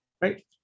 right